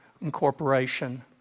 incorporation